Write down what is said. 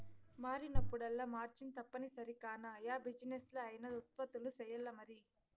మారినప్పుడల్లా మార్జిన్ తప్పనిసరి కాన, యా బిజినెస్లా అయినా ఉత్పత్తులు సెయ్యాల్లమరి